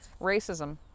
Racism